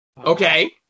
okay